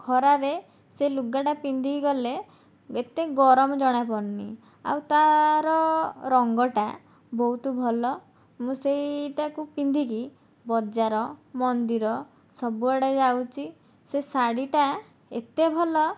ଖରାରେ ସେ ଲୁଗାଟା ପିନ୍ଧିକି ଗଲେ ଏତେ ଗରମ ଜଣା ପଡ଼ୁନି ଆଉ ତା'ର ରଙ୍ଗଟା ବହୁତ ଭଲ ମୁଁ ସେଇଟାକୁ ପିନ୍ଧିକି ବଜାର ମନ୍ଦିର ସବୁଆଡେ ଯାଉଚି ସେ ଶାଢ଼ୀଟା ଏତେ ଭଲ